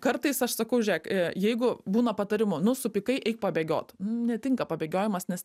kartais aš sakau žiūrėk jeigu būna patarimų nu supykai eik pabėgiot netinka pabėgiojimas nes